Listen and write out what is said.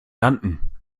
landen